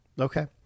Okay